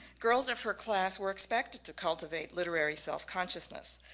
girls of her class were expected to cultivate literary self-consciousness.